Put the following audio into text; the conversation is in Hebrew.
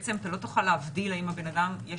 בעצם אתה לא תוכל להבדיל אם לבן אדם יש